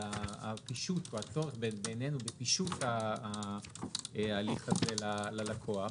הצורך בעינינו בפישוט ההליך הזה ללקוח.